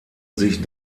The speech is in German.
sich